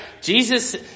Jesus